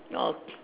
your